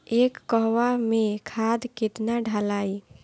एक कहवा मे खाद केतना ढालाई?